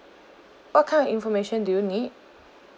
what kind of information do you need